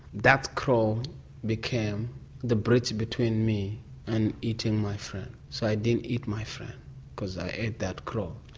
that crow became the bridge between me and eating my friend. so i didn't eat my friend cause i ate that crow.